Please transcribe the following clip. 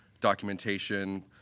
documentation